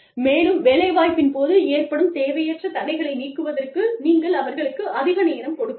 மேலும் வேலைவாய்ப்பின் போது ஏற்படும் தேவையற்ற தடைகளை நீக்குவதற்கு நீங்கள் அவர்களுக்கு அதிக நேரம் கொடுக்கலாம்